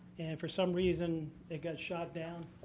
for some reason it got shot down.